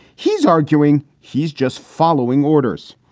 he's arguing he's just following orders.